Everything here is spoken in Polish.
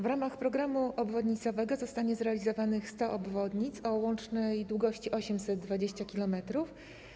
W ramach programu obwodnicowego zostanie zrealizowanych 100 obwodnic o łącznej długości 820 km.